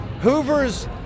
Hoover's